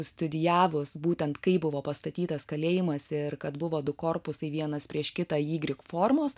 studijavus būtent kaip buvo pastatytas kalėjimas ir kad buvo du korpusai vienas prieš kitą ygrik formos